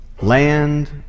land